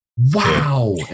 Wow